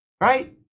right